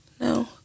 No